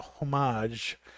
homage